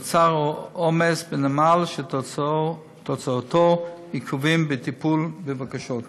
נוצר עומס בנמל שתוצאתו עיכובים בטיפול בבקשות.